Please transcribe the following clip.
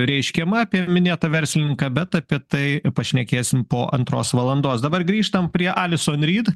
reiškiama apie minėtą verslininką bet apie tai pašnekėsim po antros valandos dabar grįžtam prie alison ryt